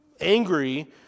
angry